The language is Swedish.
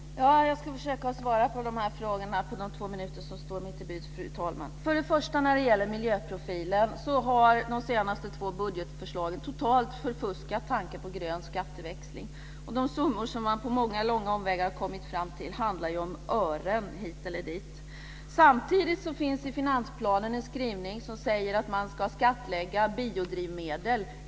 Fru talman! Jag ska försöka svara på dessa frågor på de två minuter som står mig till buds. När det gäller miljöprofilen har de senaste budgetförslagen totalt förfuskat tanken på grön skatteväxling. Det summor som man på långa och många omvägar har kommit fram till handlar om ören hit eller dit. Samtidigt finns det i finansplanen en skrivning som säger att man ska skattlägga biodrivmedel.